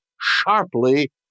sharply